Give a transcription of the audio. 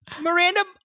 Miranda